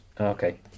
Okay